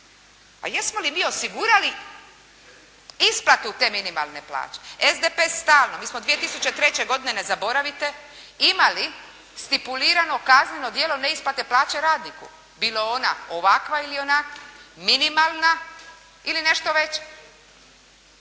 a jesmo li mi osigurali isplatu te minimalne plaće. SDP stalno, mi smo 2003. godine ne zaboravite imali stipulirano kazneno djelo neisplate plaće radniku, bilo ona ovakva ili onakva, minimalna ili nešto veća.